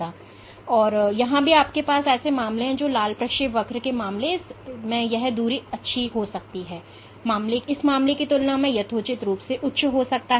लेकिन यह मूर्खतापूर्ण नहीं है क्योंकि यहां भी आपके पास ऐसे मामले हैं जहां लाल प्रक्षेपवक्र के मामले में यह दूरी बहुत अच्छी हो सकती है इस मामले की तुलना में यथोचित रूप से उच्च हो सकता है